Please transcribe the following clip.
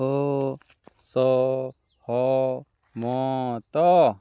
ଅସହମତ